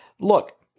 look